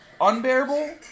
Unbearable